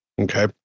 Okay